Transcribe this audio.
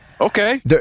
okay